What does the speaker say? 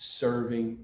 serving